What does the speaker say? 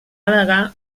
al·legar